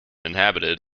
inhabited